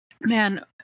Man